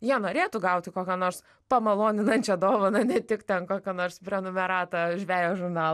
jie norėtų gauti kokio nors pamaloninančią dovaną ne tik ten kokią nors prenumeratą žvejo žurnalo